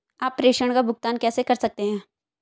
आप प्रेषण का भुगतान कैसे करते हैं?